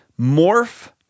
morph